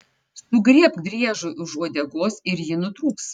sugriebk driežui už uodegos ir ji nutrūks